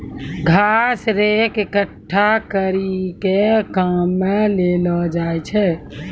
घास रेक एकठ्ठा करी के काम मे लैलो जाय छै